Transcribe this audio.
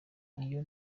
iyo